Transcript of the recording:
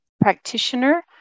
practitioner